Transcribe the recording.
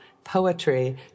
poetry